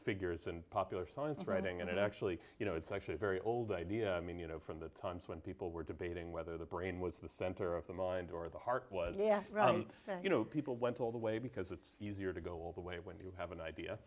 figures and popular science writing and it actually you know it's actually a very old idea i mean you know from the times when people were debating whether the brain was the center of the mind or the heart was you know people went all the way because it's easier to go all the way when you have an idea